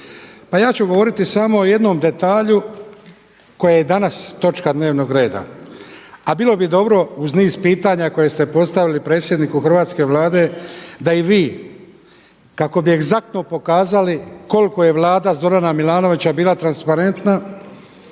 ja ću govoriti samo o jednom detalju koja je i danas točka dnevnog reda, a bilo bi dobro uz niz pitanja koje ste postavili predsjedniku hrvatske Vlade da i vi kako bi egzaktno pokazali koliko je vlada Zorana Milanovića bila transparentna